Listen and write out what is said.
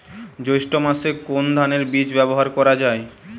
জৈষ্ঠ্য মাসে কোন ধানের বীজ ব্যবহার করা যায়?